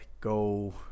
go